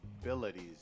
abilities